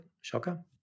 Shocker